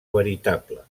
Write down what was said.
veritable